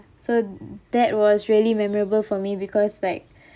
so that was really memorable for me because like